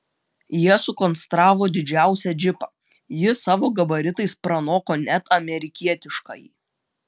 jie sukonstravo didžiausią džipą jis savo gabaritais pranoko net amerikietiškąjį